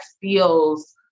feels